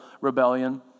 rebellion